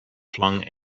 flung